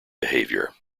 behaviour